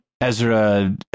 Ezra